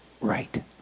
right